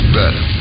better